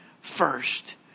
first